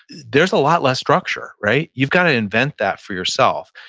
there's a lot less structure, right? you've got to invent that for yourself.